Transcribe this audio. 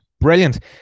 brilliant